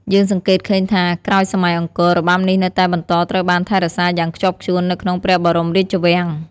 យើងសង្កេតឃើញថា ក្រោយសម័យអង្គរ របាំនេះនៅតែបន្តត្រូវបានថែរក្សាយ៉ាងខ្ជាប់ខ្ជួននៅក្នុងព្រះបរមរាជវាំង។